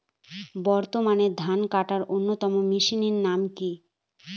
বর্তমানে ধান কাটার অন্যতম মেশিনের নাম কি?